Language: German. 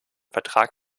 vertrag